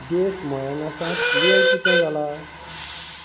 देस मोयनासांत वेळ कितें जाला